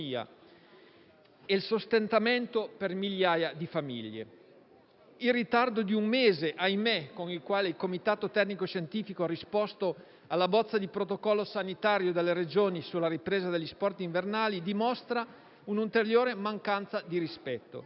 e il sostentamento per migliaia di famiglie. Il ritardo di un mese, ahimè, con il quale il Comitato tecnico scientifico ha risposto alla bozza di protocollo sanitario delle Regioni sulla ripresa degli sport invernali dimostra un'ulteriore mancanza di rispetto.